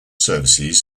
services